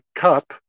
cup